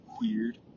weird